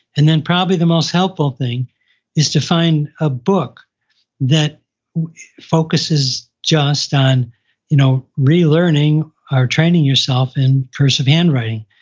and then probably the most helpful thing is to find a book that focuses just on you know, relearning or training yourself in cursive handwriting.